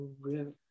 river